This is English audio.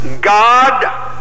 God